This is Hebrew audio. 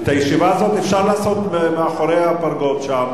את הישיבה הזאת אפשר לעשות מאחורי הפרגוד.